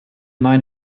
mein